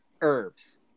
herbs